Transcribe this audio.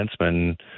defenseman